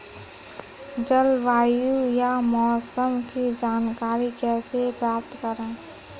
जलवायु या मौसम की जानकारी कैसे प्राप्त करें?